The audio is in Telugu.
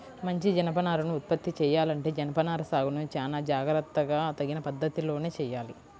మంచి జనపనారను ఉత్పత్తి చెయ్యాలంటే జనపనార సాగును చానా జాగర్తగా తగిన పద్ధతిలోనే చెయ్యాలి